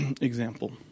example